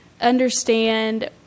understand